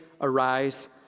arise